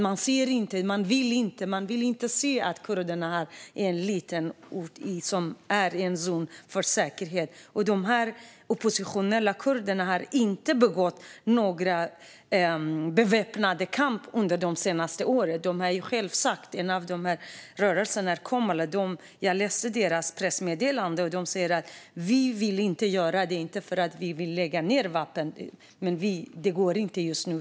Man vill inte se att kurderna är i en liten zon för säkerhet. De oppositionella kurderna har inte bedrivit någon beväpnad kamp de senaste åren. Jag läste pressmeddelandet från en av rörelserna, Komala. De säger: Vi vill inte göra det. Det är inte för att vi vill lägga ned vapnen, men det går inte just nu.